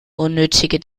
unnötige